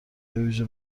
بویژه